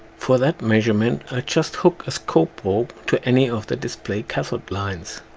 for that measurement, i just hook a scope probe to any of the display cathode lines.